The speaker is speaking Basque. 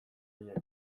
horiek